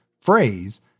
phrase